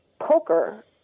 poker